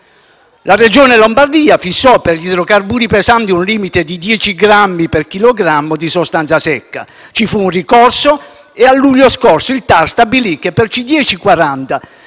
La Regione Lombardia fissò per gli idrocarburi pesanti un limite di 10 grammi per chilogrammo di sostanza secca. Ci fu un ricorso e, a luglio scorso, il TAR stabilì che per C10-C40